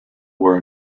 were